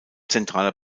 zentraler